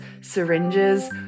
syringes